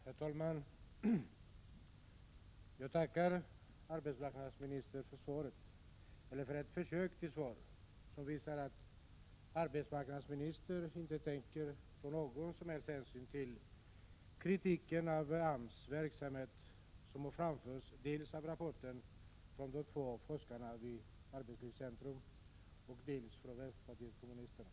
Herr talman! Jag tackar arbetsmarknadsministern för svaret — eller för hennes försök till svar — som visar att arbetsmarknadsministern inte tänker ta någon som helst hänsyn till den kritik mot AMS verksamhet som har framförts dels i nämnda rapport av de två forskarna vid Arbetslivscentrum, dels från vänsterpartiet kommunisterna.